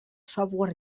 software